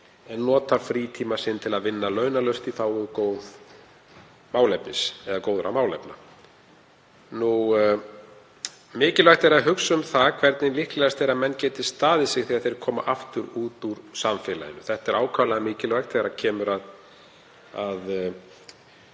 en notar frítíma sinn til að vinna launalaust í þágu góðra málefna. Mikilvægt er að hugsa um það hvernig líklegast er að menn geti staðið sig þegar þeir koma aftur út í samfélagið. Þetta er ákaflega mikilvægt þegar kemur að